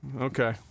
Okay